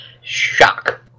shock